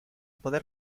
poder